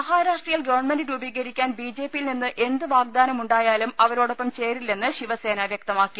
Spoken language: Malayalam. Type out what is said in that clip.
മഹാരാഷ്ട്രയിൽ ഗവൺമെന്റ് രൂപീകരിക്കാൻ ബിജെപിയിൽ നിന്ന് എന്ത് വാഗ്ദാനം ഉണ്ടായാലും അവ രോടൊപ്പം ചേരില്ലെന്ന് ശിവസേന വൃക്തമാക്കി